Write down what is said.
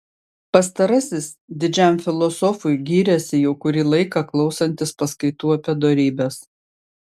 pastarasis didžiam filosofui gyrėsi jau kurį laiką klausantis paskaitų apie dorybes